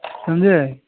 समझे